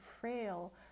frail